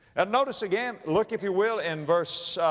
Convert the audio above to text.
and notice again. look if you will in verse, ah,